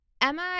Emma